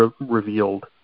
revealed